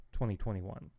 2021